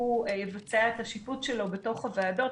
הוא יבצע את השיפוט שלו בתוך הוועדות,